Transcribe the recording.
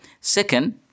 Second